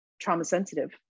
trauma-sensitive